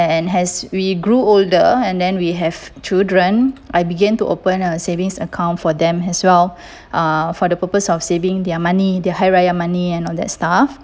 and as we grew older and then we have children I began to open a savings account for them as well uh for the purpose of saving their money their hari raya money and all that stuff